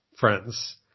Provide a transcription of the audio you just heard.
friends